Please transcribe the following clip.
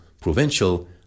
provincial